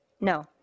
No